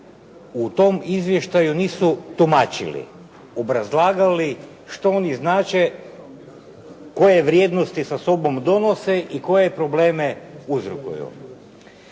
u tom izvještaju nisu tumačili, obrazlagali što oni znače, koje vrijednosti sa sobom donose i koje probleme uzrokuju.